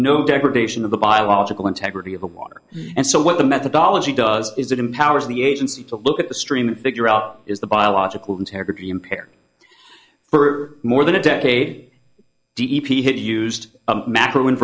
no degradation of the biological integrity of the water and so what the methodology does is it empowers the agency to look at the stream and figure out is the biological integrity impaired for more than a decade d p had used a macro